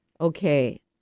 okay